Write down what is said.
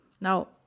Now